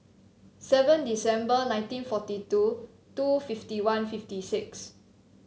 seven December nineteen forty two two fifty one fifty six